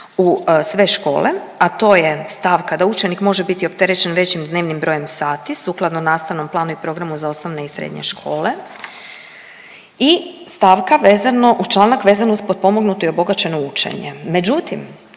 u sve škole, a to je stavka da učenik može biti opterećen dnevnim brojem sati sukladno nastavnom planu i programu za osnovne i srednje škole i stavka vezano, uz članak vezano uz potpomognuto i obogaćeno učenje.